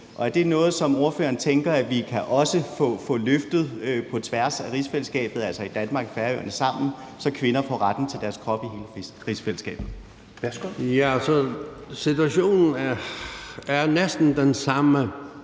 Er det noget, som ordføreren tænker at vi også kan få løftet på tværs af rigsfællesskabet, altså Danmark og Færøerne sammen, så kvinder får retten til deres krop i hele rigsfællesskabet? Kl. 21:42 Fjerde næstformand (Rasmus